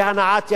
בהנעת ידיים,